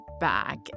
back